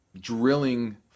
drilling